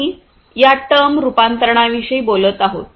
आम्ही या टर्म रूपांतरणाविषयी बोलत आहोत